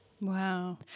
Wow